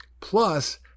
plus